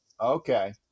Okay